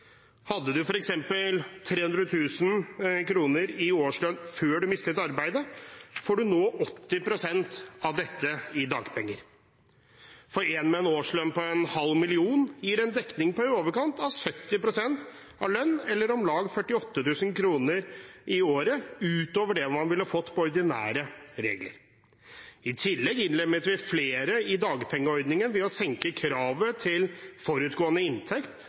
Hadde du f.eks. 300 000 kr i årslønn før du mistet arbeidet, får du nå 80 pst. av dette i dagpenger. For en med årslønn på en halv million gir det en dekning på i overkant av 70 pst. av lønn, eller om lag 48 000 kr i året utover det man ville fått på ordinære regler. I tillegg innlemmet vi flere i dagpengeordningen ved å senke kravet til forutgående inntekt